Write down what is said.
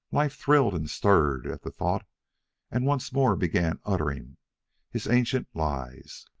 life thrilled and stirred at the thought and once more began uttering his ancient lies.